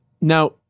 Now